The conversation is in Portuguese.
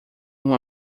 uma